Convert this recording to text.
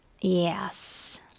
yes